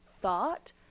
thought